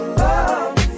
love